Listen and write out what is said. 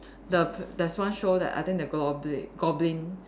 the there's one show that I think the globli~ goblin